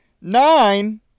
Nine